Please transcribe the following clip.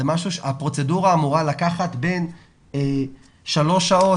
הפרוצדורה אמורה לקחת בין שלוש שעות,